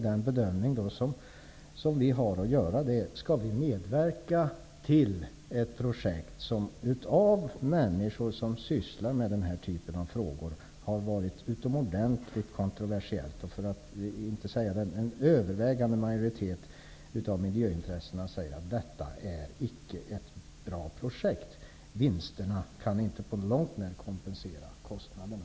Den bedömning som vi då har att göra är om vi skall medverka till ett projekt som av människor som sysslar med den här typen av frågor har varit utomordentligt kontroversiellt. Den övervägande majoriteten av miljöintressena säger att detta icke är ett bra projekt. Vinsterna kan inte på långt när kompensera kostnaderna.